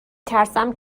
ترسیدم